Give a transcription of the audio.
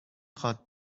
خواد